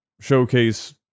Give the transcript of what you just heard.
showcase